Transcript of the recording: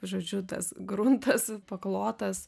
žodžiu tas gruntas paklotas